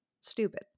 stupid